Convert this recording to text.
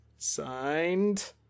Signed